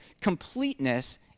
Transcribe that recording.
completeness